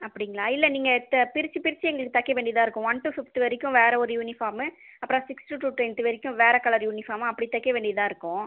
அப்படிங்களா இல்லை நீங்கள் த பிரிச்சு பிரிச்சு எங்களுக்கு தைக்க வேண்டியதாக இருக்கும் ஒன் டூ ஃபிஃப்த்து வரைக்கும் வேறு ஒரு யூனிஃபார்மு அப்புறம் சிக்ஸ்த்து டூ டென்த்து வரைக்கும் வேறு கலர் யூனிஃபார்ம் அப்படி தைக்க வேண்டியதாக இருக்கும்